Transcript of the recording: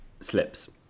Slips